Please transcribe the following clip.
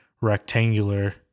rectangular